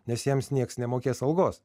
nes jiems niekas nemokės algos